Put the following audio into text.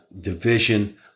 division